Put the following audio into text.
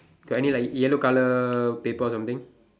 got any like yellow colour paper or something